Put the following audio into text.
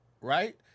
Right